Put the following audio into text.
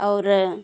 और